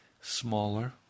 smaller